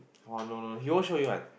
!wah! no no he won't show you one